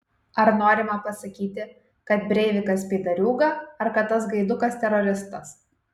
ar norima pasakyti kad breivikas pydariūga ar kad tas gaidukas teroristas